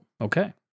okay